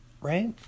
Right